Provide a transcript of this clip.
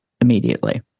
immediately